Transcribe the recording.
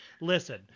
Listen